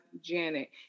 janet